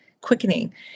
quickening